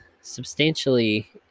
Substantially